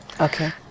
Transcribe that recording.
Okay